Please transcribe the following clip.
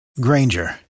Granger